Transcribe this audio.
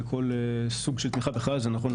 בכל סוג של תמיכה זה נכון,